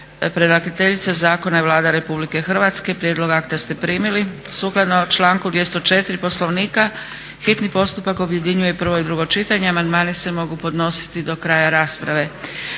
Predlagateljica zakona je Vlada Republike Hrvatske. Prijedlog akta ste primili. Sukladno članku 204. Poslovnika hitni postupak objedinjuje prvo i drugo čitanje. Amandmani se mogu podnositi do kraja rasprave.